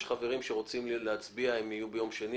חברים שרוצים להצביע והם יהיו ביום שני,